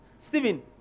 Stephen